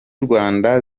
rwanda